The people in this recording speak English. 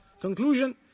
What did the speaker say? conclusion